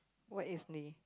what is ni